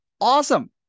awesome